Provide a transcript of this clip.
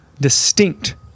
distinct